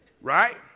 Right